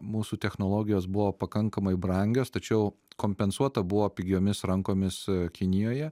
mūsų technologijos buvo pakankamai brangios tačiau kompensuota buvo pigiomis rankomis kinijoje